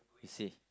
you see